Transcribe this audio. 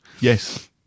Yes